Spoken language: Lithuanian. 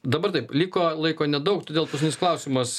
dabar taip liko laiko nedaug todėl paskutinis klausimas